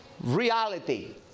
reality